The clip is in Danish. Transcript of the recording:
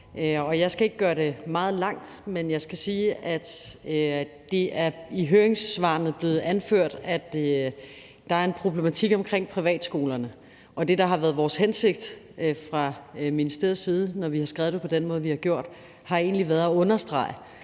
Jeg skal ikke gøre det meget langt, men jeg skal sige, at det i høringssvarene er blevet anført, at der er en problematik omkring privatskolerne. Det, der har været vores hensigt fra ministeriets side, når vi har skrevet det på den måde, vi har gjort, har egentlig været at understrege,